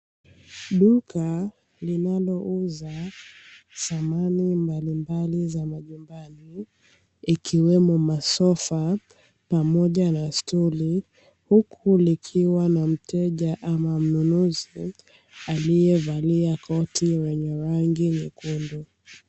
Duka linalouza samani mbalimbali za majumbani ikiwemo masofa pamoja na stuli, huku likiwa na mteja ama mnunuzi aliyevalia koti lenye rangi nyekundu.